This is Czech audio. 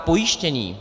Pojištění.